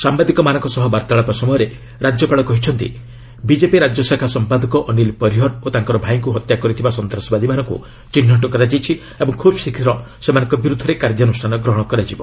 ସାମ୍ବାଦିକମାନଙ୍କ ସହ ବାର୍ତ୍ତାଳାପ ସମୟରେ ରାଜ୍ୟପାଳ କହିଛନ୍ତି ବିକେପି ରାଜ୍ୟଶାଖା ସମ୍ପାଦକ ଅନିଲ୍ ପରିହର୍ ଓ ତାଙ୍କର ଭାଇଙ୍କୁ ହତ୍ୟା କରିଥିବା ସନ୍ତାସବାଦୀମାନଙ୍କୁ ଚିହ୍ନଟ କରାଯାଇଛି ଏବଂ ଖୁବ୍ ଶୀଘ୍ର ସେମାନଙ୍କ ବିରୁଦ୍ଧରେ କାର୍ଯ୍ୟାନୁଷ୍ଠାନ ଗ୍ରହଣ କରାଯିବ